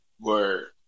word